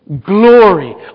glory